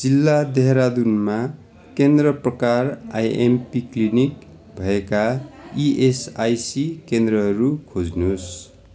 जिल्ला देहरादुनमा केन्द्र प्रकार आइएमपी क्लिनिक भएका इएसआइसी केन्द्रहरू खोज्नुहोस्